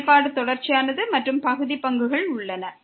செயல்பாடு தொடர்ச்சியானது மற்றும் பகுதி பங்குகள் இருக்கின்றன